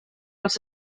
als